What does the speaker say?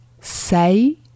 say